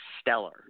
stellar